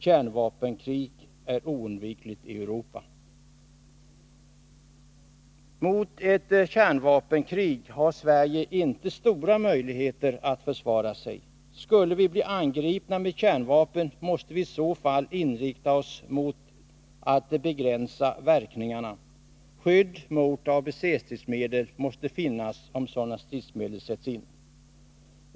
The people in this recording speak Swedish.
Kärnvapenkrig är oundvikligt i Europa.” Mot ett kärnvapenkrig har Sverige inte stora möjligheter att försvara sig. Skulle vi bli angripna med kärnvapen måste vi i så fall inrikta oss på att begränsa verkningarna. Skydd mot ABC-stridsmedel måste finnas, om sådana stridsmedel sätts in.